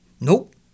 Nope